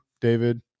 David